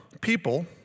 people